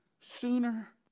sooner